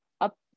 up